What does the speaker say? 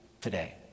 today